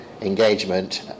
engagement